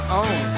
own